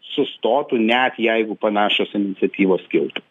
sustotų net jeigu panašios iniciatyvos kiltų